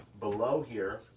below here,